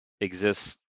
exists